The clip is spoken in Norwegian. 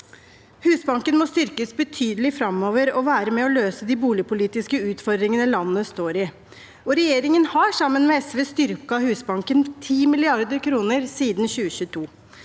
Husbanken må styrkes betydelig framover og være med og løse de boligpolitiske utfordringene landet står i. Regjeringen har sammen med SV styrket Husbanken med 10 mrd. kr siden 2022.